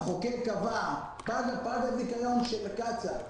המחוקק קבע שפג הזיכיון של קצא"א.